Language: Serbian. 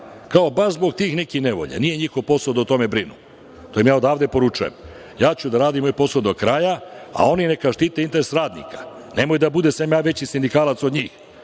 Kao, baš zbog tih nekih nevolja, nije njihov posao da o tome brinu. To im ja odavde poručuje. Ja ću da radim moj posao do kraja, a oni neka štite interese radnika. Nemoj da bude da sam ja veći sindikalac od njih.